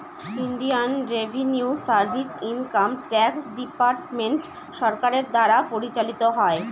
Indian revenue service income tax department সরকারের দ্বারা পরিচালিত হয়